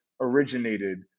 originated